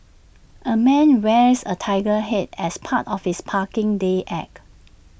A man wears A Tiger Head as part of his parking day act